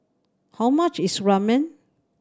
how much is Ramen